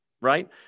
right